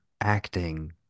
acting